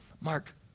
Mark